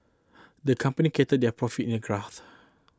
the company charted their profit in a graph